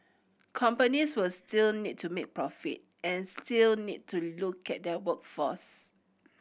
companies will still need to make profit and still need to look at their workforce